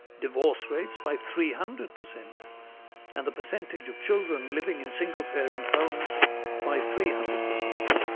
divorce rates by three hundred percent and the percentage of children living in single-parent homes by three hundred percent.